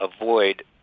avoid